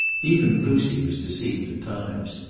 even lucy was deceived at times.